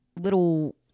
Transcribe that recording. little